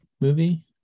movie